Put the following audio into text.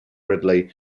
ridley